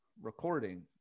recording